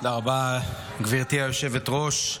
תודה רבה, גברתי היושבת-ראש.